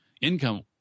income